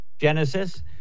Genesis